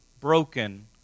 broken